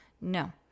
No